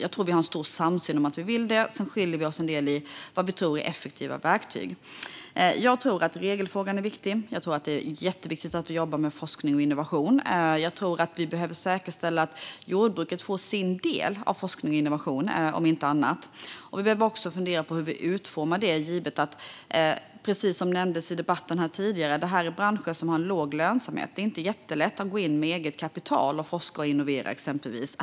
Jag tror att vi har en stor samsyn i frågan, men vi skiljer oss i vad vi tror är effektiva verktyg. Jag tror att regelfrågan är viktig, jag tror att det är jätteviktigt att vi jobbar med forskning och innovation och jag tror att vi behöver säkerställa att jordbruket får sin del av forskning och innovation. Vi behöver också fundera över hur vi utformar detta. Precis som nämndes i debatten tidigare är det fråga om branscher med låg lönsamhet. Det är inte så lätt att gå in med eget kapital för forskning och innovation.